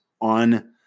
on